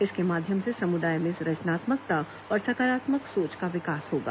इसके माध्यम से समुदाय में रचनात्मकता और सकारात्मक सोच का विकास होगा